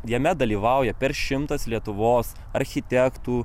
jame dalyvauja per šimtas lietuvos architektų